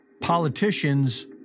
Politicians